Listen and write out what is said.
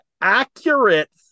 accurate